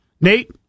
Nate